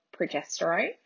progesterone